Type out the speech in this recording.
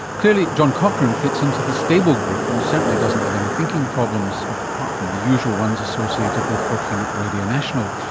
clearly john cochrane fits into the stable group and certainly doesn't have any thinking problems, apart from the usual ones associated with working at radio national.